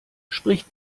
spricht